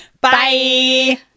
Bye